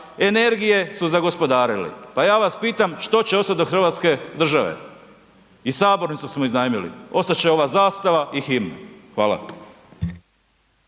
energije su zagospodarili. Pa ja vas pitam, što će ostati od hrvatske države? I sabornicu smo iznajmili. Ostat će ova zastava i himna. Hvala.